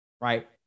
right